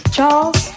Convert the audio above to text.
Charles